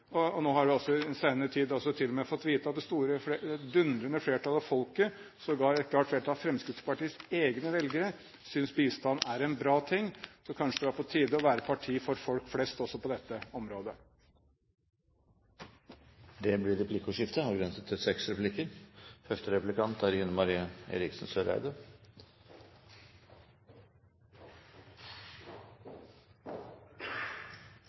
Og nå har vi i den senere tid også til og med fått vite at et dundrende flertall av folket, sågar et klart flertall av Fremskrittspartiets egne velgere, synes bistand er en bra ting. Så kanskje det var på tide å være partiet for folk flest også på dette området. Det blir replikkordskifte. Dette er en dag vi burde feire, sa statsråden, og ikke late som om vi er